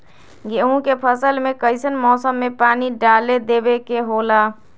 गेहूं के फसल में कइसन मौसम में पानी डालें देबे के होला?